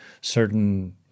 certain